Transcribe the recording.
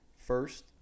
first